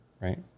right